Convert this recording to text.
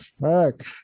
fuck